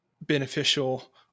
beneficial